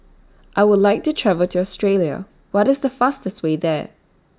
I Would like to travel to Australia What IS The fastest Way There